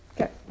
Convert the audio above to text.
Okay